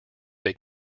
they